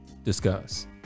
Discuss